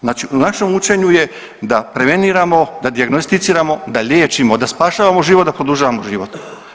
Znači u našem učenju je da preveniramo, da dijagnosticiramo, da liječimo, da spašavamo život, da produžavamo život.